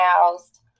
housed